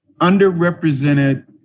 underrepresented